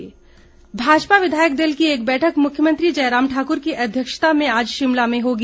बैठक भाजपा विधायक दल की एक बैठक मुख्यमंत्री जयराम ठाकुर की अध्यक्षता में आज शिमला में होगी